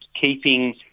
keeping